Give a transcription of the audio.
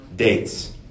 dates